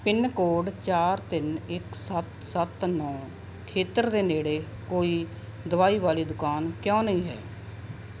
pin code ਚਾਰ ਤਿੰਨ ਇੱਕ ਸੱਤ ਸੱਤ ਨੌਂ ਖੇਤਰ ਦੇ ਨੇੜੇ ਕੋਈ ਦਵਾਈ ਵਾਲੀ ਦੁਕਾਨ ਕਿਉਂ ਨਹੀਂ ਹੈ